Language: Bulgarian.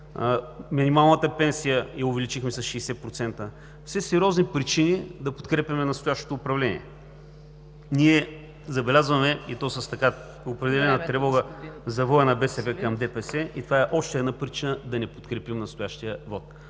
минималната пенсия я увеличихме с 60%. Все сериозни причини да подкрепяме настоящото управление. Ние забелязваме, и то с определена тревога, завоя на БСП към ДПС и това е още една причина да не подкрепим настоящия вот.